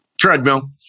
Treadmill